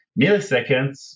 milliseconds